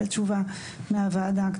תשובה מהוועדה מהרגע שבו הוא סיים את הלימודים,